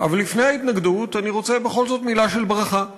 אבל לפני ההתנגדות אני רוצה בכל זאת לומר מילה של ברכה.